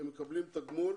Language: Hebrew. הם מקבלים תגמול